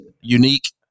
unique